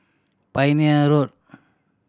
Pioneer Road